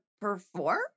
perform